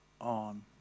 on